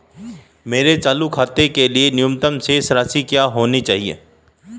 मेरे चालू खाते के लिए न्यूनतम शेष राशि क्या होनी चाहिए?